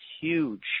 huge